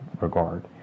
regard